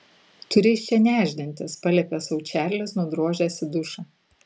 turi iš čia nešdintis paliepė sau čarlis nudrožęs į dušą